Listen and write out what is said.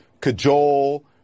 cajole